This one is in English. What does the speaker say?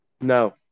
No